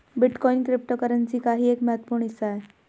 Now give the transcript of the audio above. bitcoin cryptocurrency का ही एक महत्वपूर्ण हिस्सा है